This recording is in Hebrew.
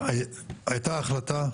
הייתה החלטה,